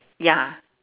ya